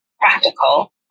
practical